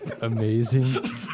Amazing